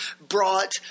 brought